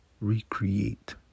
recreate